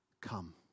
come